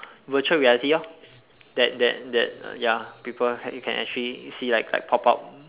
virtual reality lor that that that ya people can actually see like like pop up